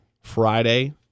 Friday